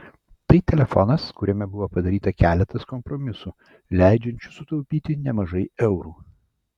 tai telefonas kuriame buvo padaryta keletas kompromisų leidžiančių sutaupyti nemažai eurų